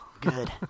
good